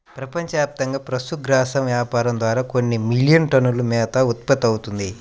ప్రపంచవ్యాప్తంగా పశుగ్రాసం వ్యాపారం ద్వారా కొన్ని మిలియన్ టన్నుల మేత ఉత్పత్తవుతుంది